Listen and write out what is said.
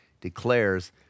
declares